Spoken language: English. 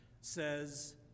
says